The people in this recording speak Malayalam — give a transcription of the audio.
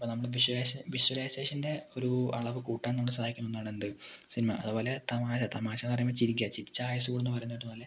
അപ്പം നമ്മൾ വിഷ്വലൈസ് വിഷ്വലൈസേഷൻ്റെ ഒരു അളവ് കൂട്ടാൻ നമ്മളെ സഹായിക്കുന്ന ഒന്നാണ് എന്ത് സിനിമ അതുപോലെ തമാശ തമാശ എന്ന് പറഞ്ഞ ചിരിക്ക ചിരിച്ചാൽ ആയുസ് കൂടും എന്ന് പറയുന്നത് പോലെ